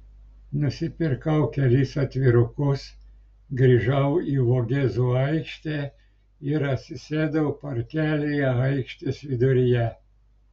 nusipirkau kelis atvirukus grįžau į vogėzų aikštę ir atsisėdau parkelyje aikštės viduryje